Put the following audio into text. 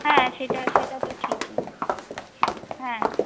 হ্যাঁ সেটা সেটা তো ঠিকই হ্যাঁ